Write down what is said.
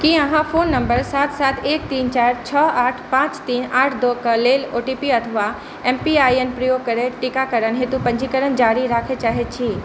की अहाँ phone number सात सात एक तीन चारि छओ आठ पाँच तीन आठ दो के लेल ओ टी पी अथवा एम पी आइ एन प्रयोग करैत टीकाकरण हेतु पंजीकरण जारी राखय चाहैत छी